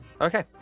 Okay